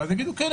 ואז יגידו: כן,